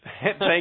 Thank